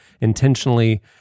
intentionally